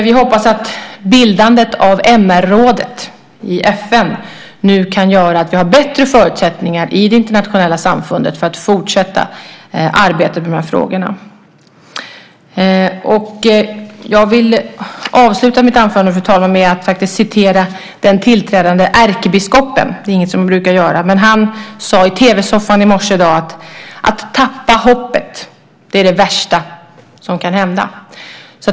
Vi hoppas att bildandet av MR-rådet i FN nu kan göra att vi har bättre förutsättningar i det internationella samfundet att fortsätta arbetet med de här frågorna. Jag vill avsluta mitt anförande, fru talman, med att citera den tillträdande ärkebiskopen - det brukar jag inte göra. Han sade så här i tv-soffan i morse: "Att tappa hoppet är det värsta som kan hända."